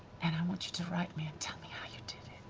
and i want you to write me and tell me how you did it.